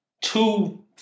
two